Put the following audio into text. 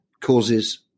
causes